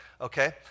Okay